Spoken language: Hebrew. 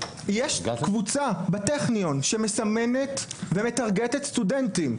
יש קבוצה בטכניון שמסמנת ומטרגתת סטודנטים,